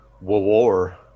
War